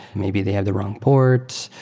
maybe they have the wrong port.